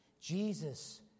Jesus